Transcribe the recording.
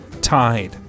tied